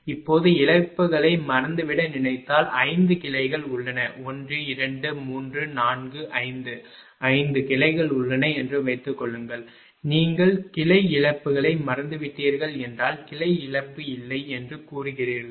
இப்போது இழப்புகளை மறந்துவிட நினைத்தால் 5 கிளைகள் உள்ளன 1 2 3 4 5 5 கிளைகள் உள்ளன என்று வைத்துக்கொள்ளுங்கள் நீங்கள் கிளை இழப்புகளை மறந்துவிட்டீர்கள் என்றால் கிளை இழப்பு இல்லை என்று கூறுகிறீர்கள்